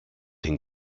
den